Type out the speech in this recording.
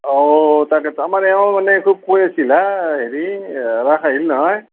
অঁ তাকেতো আমাৰ এওঁ মানে খুব কৈ আছিল হা হেৰি ৰাস আহিল নহয়